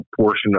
portion